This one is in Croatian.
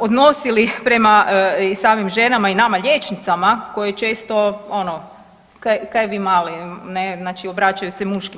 odnosili prema i samim ženama i nama liječnicama koje često ono, kaj vi mali, ne znači obraćaju se muškima.